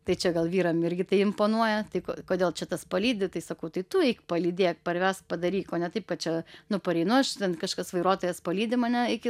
tai čia gal vyram irgi tai imponuoja tai kodėl čia tas palydi tai sakau tai tu eik palydėk parvesk padaryk o ne taip kad čia nu pareinu aš ten kažkas vairuotojas palydi mane iki